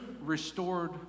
restored